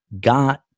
got